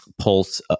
pulse